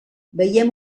veiem